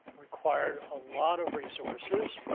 required a lot of resources,